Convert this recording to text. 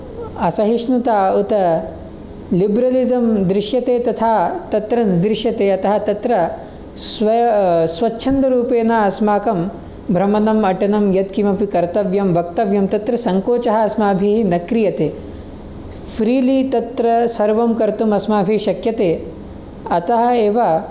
असहिष्णुता उत लिब्रलिज्म् दृश्यते तथा तत्र न दृश्यते अतः तत्र स्व स्वच्छन्दरूपेन अस्माकं भ्रमनम् अटनं यत्किमपि कर्तव्यं वक्तव्यं तत्र सङ्कोचः अस्माभिः न क्रियते फ़्रीली तत्र सर्वं कर्तुम् अस्माभिः शक्यते अतः एव